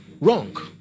Wrong